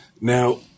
Now